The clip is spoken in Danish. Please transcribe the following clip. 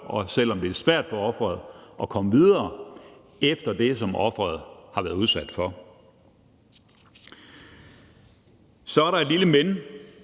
og selv om det er svært for offeret at komme videre efter det, som offeret har været udsat for. Så er der et lille men